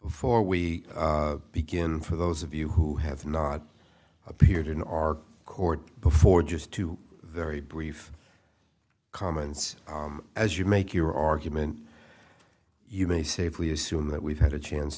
before we begin for those of you who have not appeared in our court before just two very brief comments as you make your argument you may safely assume that we've had a chance